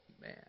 man